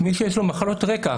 מי שיש לו מחלות רקע,